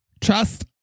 Trust